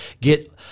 get